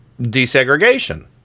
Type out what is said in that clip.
desegregation